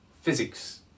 physics